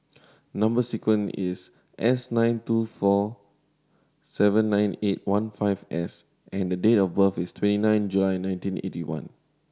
number sequence is S nine two four seven nine eight one five S and the date of birth is twenty nine July nineteen eighty one